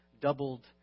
doubled